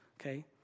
okay